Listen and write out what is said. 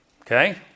Okay